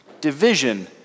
Division